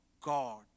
God